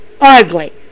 ugly